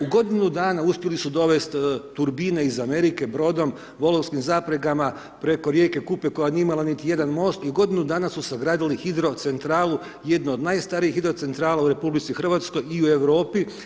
U godinu dana uspjeli su dovesti turbine iz Amerike, brodom, volovskim zapregama preko rijeke Kupe koja nije imala niti jedan most i u godinu dana su sagradili hidrocentralu, jednu od najstarijih hidrocentrala u RH i u Europi.